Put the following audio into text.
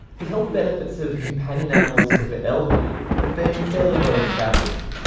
the health benefits of companion animals for the elderly have been fairly well established,